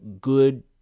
good